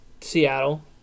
Seattle